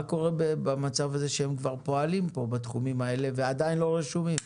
מה קורה במצב הזה שהם כבר פועלים כאן בתחומים האלה ועדיין לא רשומים?